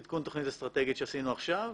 בעדכון תוכנית האסטרטגית שעשינו עכשיו,